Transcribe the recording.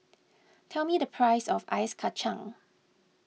tell me the price of Ice Kacang